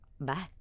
Bye